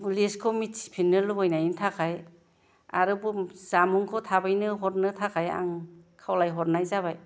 लिस्टखौ मिन्थिफिननो लुबैनायनि थाखाय आरो जामुंखौ थाबैनो हरनो थाखाय आं खावलाय हरनाय जाबाय